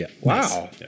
Wow